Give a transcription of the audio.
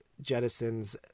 jettison's